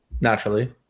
naturally